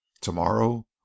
tomorrow